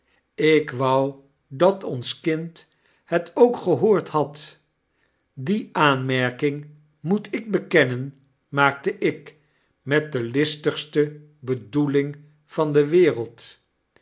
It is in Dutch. jk wou dat ons kind het ook gehoord had die aanmerking moet ik bekennen maakte ik ue't de listigste bedoeling van de wereld